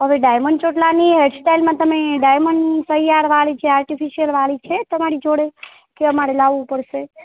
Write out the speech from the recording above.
હવે ડાયમંડ ચોટલાની હેરસ્ટાઇલમાં તમે ડાયમંડ તૈયારવાળી જે આર્ટિફિશિયલવાળી છે તમારી જોડે કે અમારે લાવવું પડશે